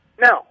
No